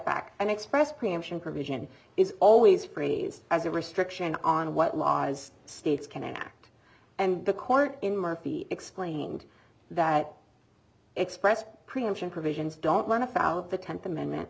back and express preemption provision is always phrased as a restriction on what laws states can act and the court in murphy explained that express preemption provisions don't run afoul of the tenth amendment